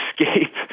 escape